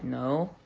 no.